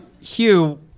Hugh